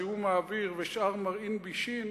זיהום האוויר ושאר מרעין בישין